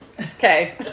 Okay